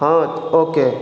ହଁ ଓକେ